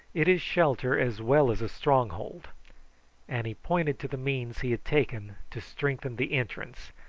it is shelter as well as a stronghold and he pointed to the means he had taken to strengthen the entrance,